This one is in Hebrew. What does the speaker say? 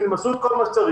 עשו את כל מה שצריך.